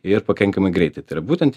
ir pakankamai greitai tai yra būtent